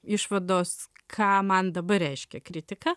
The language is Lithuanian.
išvados ką man dabar reiškia kritika